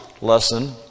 lesson